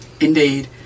Indeed